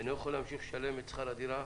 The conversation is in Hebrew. אינו יכול להמשיך לשלם את שכר הדירה,